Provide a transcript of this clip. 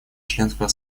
членского